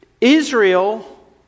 Israel